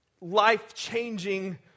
life-changing